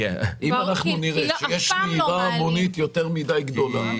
אם אנחנו נראה שיש נהירה המונית יותר מדי גדולה,